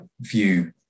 view